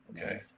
Okay